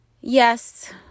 Yes